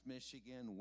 Michigan